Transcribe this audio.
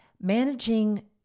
managing